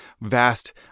vast